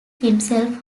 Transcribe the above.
himself